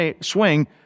swing